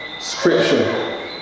Scripture